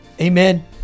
amen